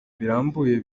birambuye